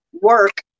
work